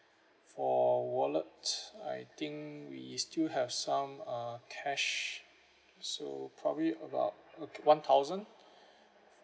for wallets I think we still have some uh cash so probably about uh one thousand